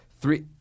Three